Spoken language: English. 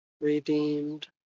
redeemed